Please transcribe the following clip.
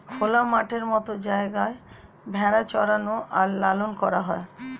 খোলা মাঠের মত জায়গায় ভেড়া চরানো আর লালন করা হয়